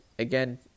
Again